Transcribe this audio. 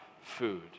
food